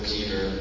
Peter